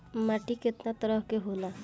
माटी केतना तरह के होला?